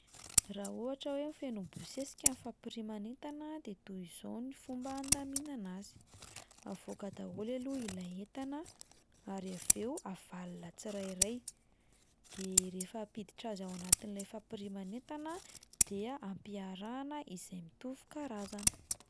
Raha ohatra hoe feno mibosesika ny fampiriman'entana de toy izao ny fomba fandaminana azy: avoaka daholo aloha ilay entana ary avy eo avalona tsirairay, de rehefa hampiditra azy ao anatin'ilay fampiriman'entana dia ampiarahana izay mitovy karazana.